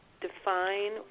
define